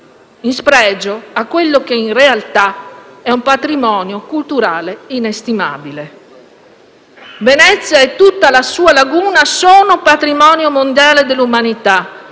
in spregio a quello che in realtà è un patrimonio culturale inestimabile. Venezia e tutta la sua laguna, sono patrimonio mondiale dell'umanità